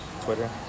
Twitter